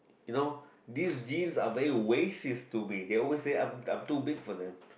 you know these jeans are very racist to me they always I'm I'm too big for them